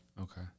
Okay